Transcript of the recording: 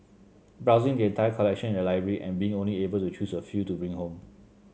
browsing the entire collection in the library and being only able to choose a few to bring home